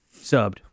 subbed